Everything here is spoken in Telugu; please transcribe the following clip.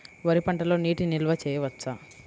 వరి పంటలో నీటి నిల్వ చేయవచ్చా?